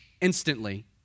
instantly